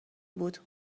بود